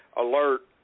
alert